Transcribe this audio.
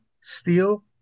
steel